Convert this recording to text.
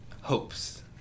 hopes